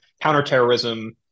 counterterrorism